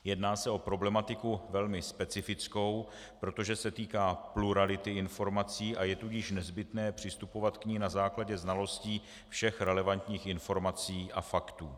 Jedná se o problematiku velmi specifickou, protože se týká plurality informací, a je tudíž nezbytné přistupovat k ní na základě znalostí všech relevantních informací a faktů.